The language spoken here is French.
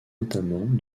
notamment